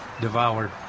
devoured